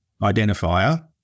identifier